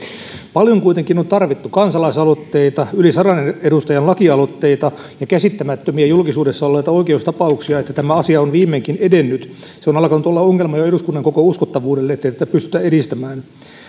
paljon kuitenkin on tarvittu kansalaisaloitteita yli sadan edustajan lakialoitteita ja käsittämättömiä julkisuudessa olleita oikeustapauksia että tämä asia on viimeinkin edennyt se on alkanut olla ongelma jo eduskunnan koko uskottavuudelle ettei tätä pystytä edistämään